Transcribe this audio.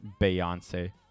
Beyonce